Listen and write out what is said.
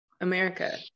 america